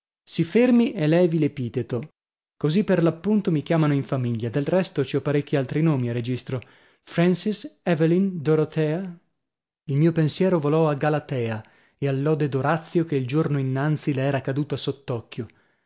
si fermi e levi l'epiteto così per l'appunto mi chiamano in famiglia del resto ci ho parecchi altri nomi a registro frances evelyn dorothea il mio pensiero volò a galatea e all'ode d'orazio che il giorno innanzi le era caduta sott'occhio